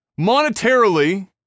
monetarily